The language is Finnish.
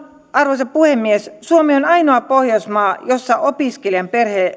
arvoisa puhemies suomi on ainoa pohjoismaa jossa opiskelijan